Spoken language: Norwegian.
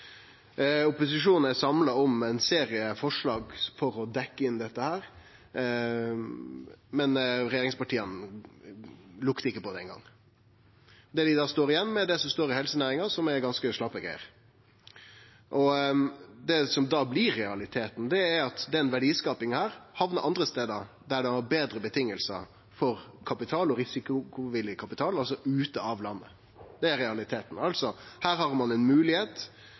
Opposisjonen er samla om ein serie forslag for å dekkje inn dette, men regjeringspartia luktar ikkje på dei eingong. Det vi står igjen med, er det som står i helsenæringsmeldinga, som er ganske slappe greier. Det som da blir realiteten, er at denne verdiskapinga hamnar andre stader, der det er betre vilkår for kapital og risikovillig kapital, altså ut av landet. Det er realiteten. Her har ein ei moglegheit gjennom denne meldinga til å skaffe seg ein